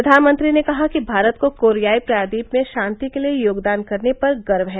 प्रधानमंत्री ने कहा कि भारत को कोरियाई प्रायद्वीप में शांति के लिए योगदान करने पर गर्व है